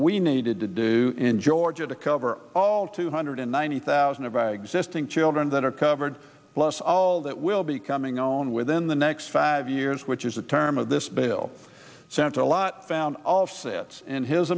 we needed to do in georgia to cover all two hundred ninety thousand of our existing children that are covered plus all that will be coming on within the next five years which is a term of this bill sent a lot found of sets in his